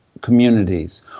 communities